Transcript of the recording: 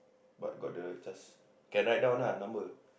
but got the C_H_A_S can write down ah number